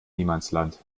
niemandsland